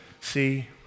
See